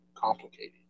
complicated